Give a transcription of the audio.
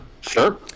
Sure